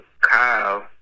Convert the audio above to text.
Kyle